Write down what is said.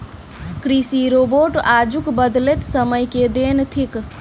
कृषि रोबोट आजुक बदलैत समय के देन थीक